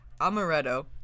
amaretto